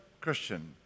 Christian